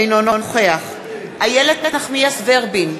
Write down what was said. אינו נוכח איילת נחמיאס ורבין,